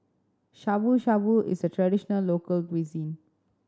Shabu Shabu is a traditional local cuisine